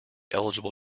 eligible